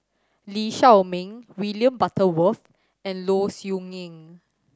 Lee Shao Meng William Butterworth and Low Siew Nghee